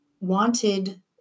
wanted